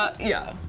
yeah,